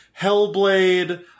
Hellblade